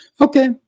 okay